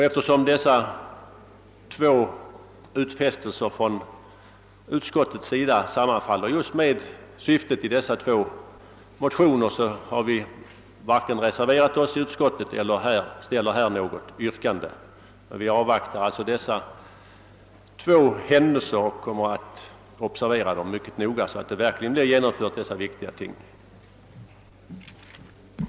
Eftersom dessa två utfästelser från utskottets sida sammanfaller just med syftet i de båda motionerna, har vi inte reserverat oss i utskottet och ställer inte heller något yrkande här. Vi avvaktar alltså dessa två händelser och kommer mycket noga att följa upp att dessa viktiga frågor blir lösta på ett tillfredsställande sätt.